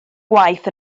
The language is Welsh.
gwaith